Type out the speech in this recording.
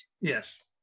yes